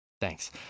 thanks